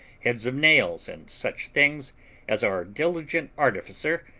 heads of nails, and such things as our diligent artificer,